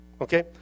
Okay